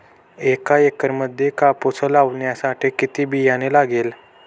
एका एकरामध्ये कापूस लावण्यासाठी किती बियाणे लागेल?